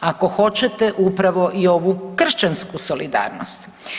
Ako hoćete upravo i ovu kršćansku solidarnost.